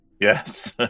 Yes